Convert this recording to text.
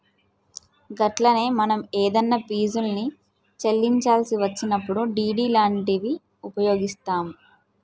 గట్లనే మనం ఏదన్నా ఫీజుల్ని చెల్లించాల్సి వచ్చినప్పుడు డి.డి లాంటివి ఉపయోగిస్తాం